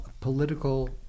political